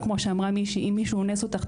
או כמו שאמרה מישהי: אם מישהו אונס אותך,